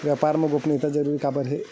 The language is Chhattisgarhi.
व्यापार मा गोपनीयता जरूरी काबर हे?